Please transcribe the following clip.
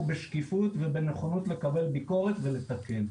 בשקיפות ובנכונות לקבל ביקורת ולתקן.